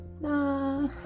Nah